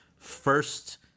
first